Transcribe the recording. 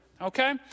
okay